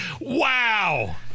Wow